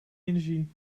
energie